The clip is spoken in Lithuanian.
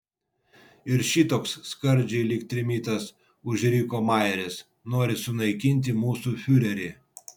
ir šitoks skardžiai lyg trimitas užriko majeris nori sunaikinti mūsų fiurerį